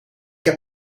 heb